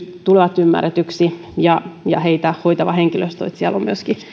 tulevat ymmärretyksi ja että heitä hoitavalla henkilöstöllä on